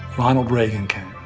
ronald reagan came.